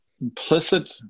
implicit